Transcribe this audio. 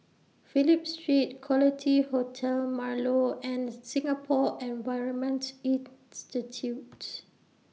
Phillip Street Quality Hotel Marlow and Singapore Environment Institute